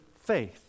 faith